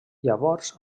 llavors